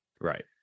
Right